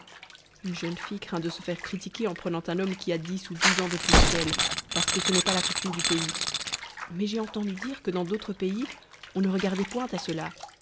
une jeune fille craint de se faire critiquer en prenant un homme qui a dix ou douze ans de plus qu'elle parce que ce n'est pas la coutume du pays mais j'ai entendu dire que dans d'autres pays on ne regardait point à cela